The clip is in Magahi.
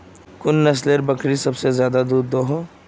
कुन नसलेर बकरी सबसे ज्यादा दूध दो हो?